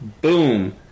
boom